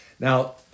Now